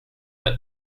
but